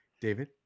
David